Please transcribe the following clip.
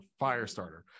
Firestarter